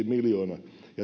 miljoona